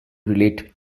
relate